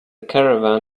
caravan